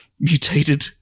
mutated